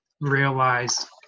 realize